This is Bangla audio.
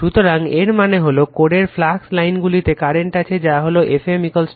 সুতরাং এর মানে হল কোরের ফ্লাক্স লাইনগুলিতে কারেন্ট আছে যা হলো Fm N